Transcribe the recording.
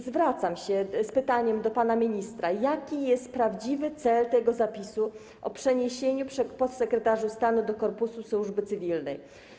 Zwracam się z pytaniem do pana ministra: Jaki jest prawdziwy cel tego zapisu o przeniesieniu podsekretarzy stanu do korpusu służby cywilnej?